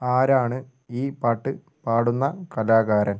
ആരാണ് ഈ പാട്ട് പാടുന്ന കലാകാരൻ